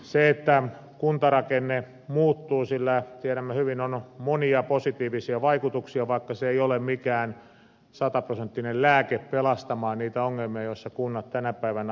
sillä että kuntarakenne muuttuu on tiedämme hyvin monia positiivisia vaikutuksia vaikka se ei ole mikään sataprosenttinen lääke pelastamaan niiltä ongelmilta joissa kunnat tänä päivänä ovat